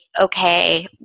okay